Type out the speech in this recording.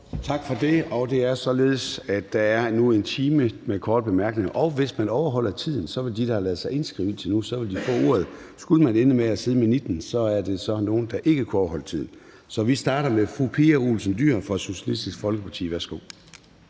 Tak for det. Det er således, at der nu er 1 time med korte bemærkninger, og hvis man overholder tiden, vil de, der har ladet sig indskrive indtil nu, få ordet. Skulle man ende med at sidde med nitten, vil det være, fordi nogen ikke har kunnet overholde tiden. Så vi starter med fru Pia Olsen Dyhr fra Socialistisk Folkeparti. Værsgo.